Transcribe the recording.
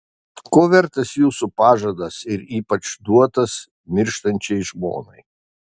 ko vertas jūsų pažadas ir ypač duotas mirštančiai žmonai